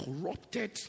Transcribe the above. corrupted